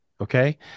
Okay